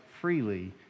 freely